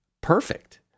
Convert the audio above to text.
perfect